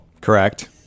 Correct